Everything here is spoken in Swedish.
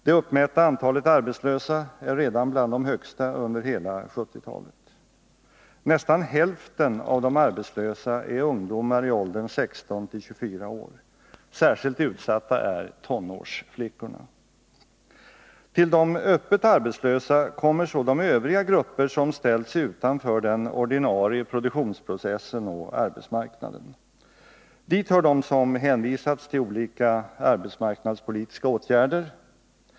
Det uppmätta antalet arbetslösa är redan bland de högsta under hela 1970-talet. Nästan hälften av de arbetslösa är ungdomar i åldern 16-24 år. Särskilt utsatta är tonårsflick Till de öppet arbetslösa kommer så de övriga grupper som ställts utanför den ordinarie produktionsprocessen och arbetsmarknaden. Dit hör de som hänvisats till olika arbetsmarknadspolitiska åtgärder.